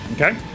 okay